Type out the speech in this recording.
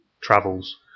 travels